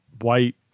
white